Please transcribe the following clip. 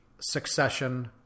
succession